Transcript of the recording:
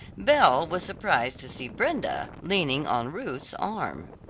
belle was surprised to see brenda leaning on ruth's arm.